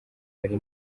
ari